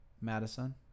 Madison